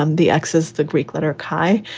um the x is the greek letter keye.